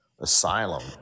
asylum